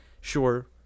Sure